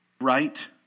Right